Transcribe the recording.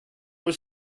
were